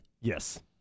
Yes